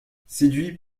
séduit